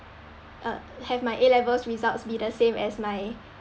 uh have my A levels results be the same as my